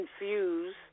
infuse